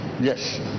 yes